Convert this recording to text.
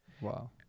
Wow